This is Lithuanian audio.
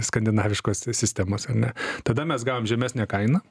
skandinaviškos sistemos ar ne tada mes gavom žemesnę kainą